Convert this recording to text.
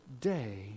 day